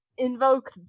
invoke